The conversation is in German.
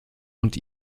und